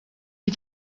die